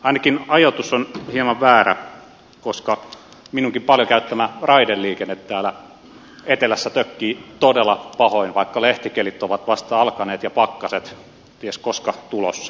ainakin ajoitus on hieman väärä koska minunkin paljon käyttämäni raideliikenne täällä etelässä tökkii todella pahoin vaikka lehtikelit ovat vasta alkaneet ja pakkaset ties koska tulossa